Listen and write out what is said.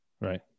Right